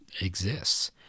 exists